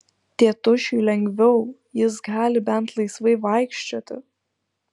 tėtušiui lengviau jis gali bent laisvai vaikščioti